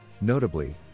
Notably